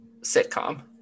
sitcom